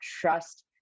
trust